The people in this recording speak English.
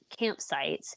campsites